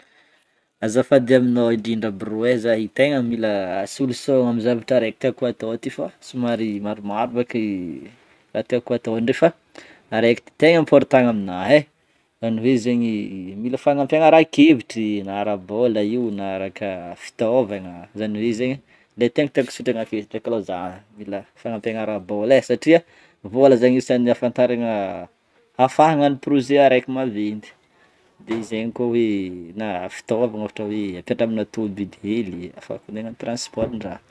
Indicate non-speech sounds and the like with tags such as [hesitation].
Azafady aminao indrindra brô e, zah io tegna mila [hesitation] solution amin'ny zavatra araiky tiako atao ty fa somary maromaro bôka i raha tieko atao ndray fa araiky ty tegna important aminah e, zany hoe zegny mila fagnampiana ara-kevitry, na ara-bola io na araka fitaovagna zany hoe zegny le tegna tiako tsindriagna akety ndreky alôka zah mila fagnampiana ara-bola e satria vôla zegny agnisan'ny afantaragna ahafagna agnano projet araiky maventy, de zegny koà hoe na fitaovagna ohatra hoe ampindramina tomobile hely ahafahako ndeha agnano transport ndraha.